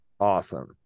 Awesome